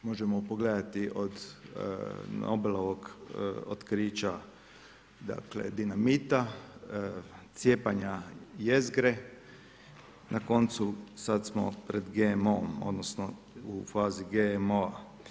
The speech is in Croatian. Možemo pogledati od Nobelovog otkrića dinamita, cijepanja jezgre, na koncu sad smo pred GMO-om odnosno u fazi GMO-a.